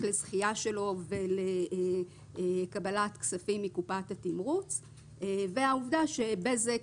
לזכייה שלו ולקבלת כספים מקופת התמרוץ והעובדה שבזק,